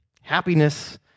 Happiness